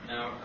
Now